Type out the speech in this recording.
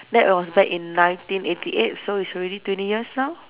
that was back in nineteen eighty eight so it's already twenty years now